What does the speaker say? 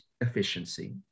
efficiency